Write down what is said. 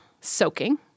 soaking